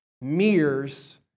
mirrors